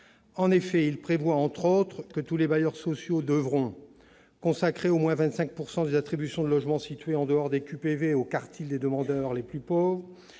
En effet, cet article prévoit entre autres que tous les bailleurs sociaux devront consacrer au moins 25 % des attributions de logements situés en dehors des QPV au quartile des demandeurs les plus pauvres